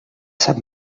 sap